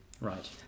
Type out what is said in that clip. Right